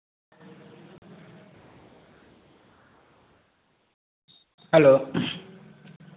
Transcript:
hello